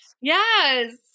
Yes